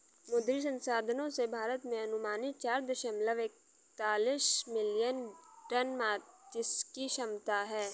मुद्री संसाधनों से, भारत में अनुमानित चार दशमलव एकतालिश मिलियन टन मात्स्यिकी क्षमता है